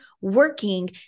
working